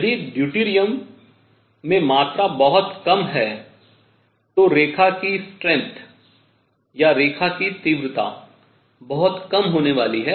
यदि ड्यूटेरियम में मात्रा बहुत कम है तो रेखा की प्रचंडता या रेखा की तीव्रता बहुत कम होने वाली है